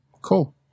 cool